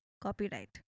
copyright